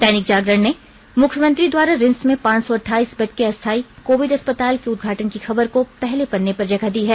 दै निक जागरण ने मुख्यमंत्री द्वारा रिम्स में पांच सौ अठाईस बेड के अस्थाई कोविड अस्पताल के उदघाटन की खबर को पहले पन्ने पर जगह दी है